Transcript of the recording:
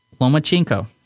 Lomachenko